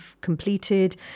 completed